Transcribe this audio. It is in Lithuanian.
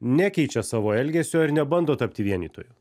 nekeičia savo elgesio ir nebando tapti vienytoju